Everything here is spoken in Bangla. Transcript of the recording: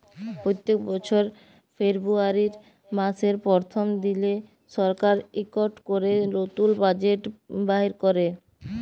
প্যত্তেক বছর ফেরবুয়ারি ম্যাসের পরথম দিলে সরকার ইকট ক্যরে লতুল বাজেট বাইর ক্যরে